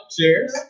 Cheers